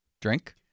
Drink